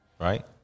right